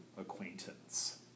acquaintance